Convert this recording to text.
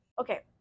okay